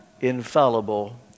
infallible